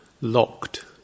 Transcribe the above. locked